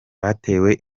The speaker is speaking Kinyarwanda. batewe